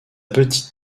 petite